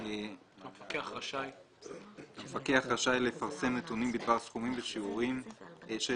המפקח רשאי לפרסם נתונים בדבר סכומים ושיעורים של